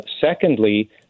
Secondly